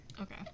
okay